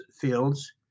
fields